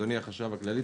אדוני החשב הכללי,